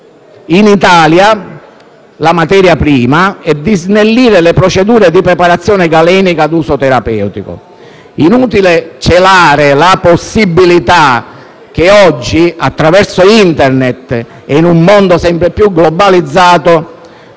in Italia la materia prima e di snellire le procedure di preparazione galenica ad uso terapeutico. Inutile celare la possibilità che oggi, attraverso Internet e in un mondo sempre più globalizzato,